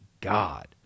God